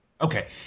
Okay